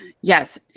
Yes